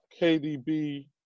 KDB